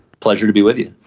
pleasure to be with you.